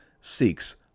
seeks